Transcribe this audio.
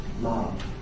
love